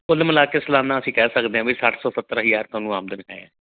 ਕੁੱਲ ਮਿਲਾ ਕੇ ਸਾਲਾਨਾ ਅਸੀਂ ਕਹਿ ਸਕਦੇ ਹਾਂ ਵੀ ਸੱਠ ਤੋਂ ਸੱਤਰ ਹਜ਼ਾਰ ਤੁਹਾਨੂੰ ਆਮਦਨ ਹੈ